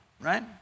right